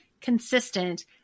consistent